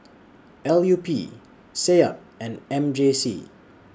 L U P Seab and M J C